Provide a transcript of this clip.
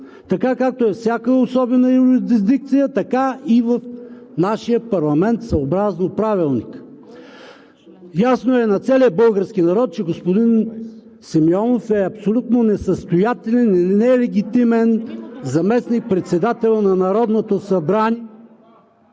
така както е във всяка особена юрисдикция, така и в нашия парламент съобразно Правилника. Ясно е на целия български народ, че господин Симеонов е абсолютно несъстоятелен, нелегитимен заместник-председател на Народното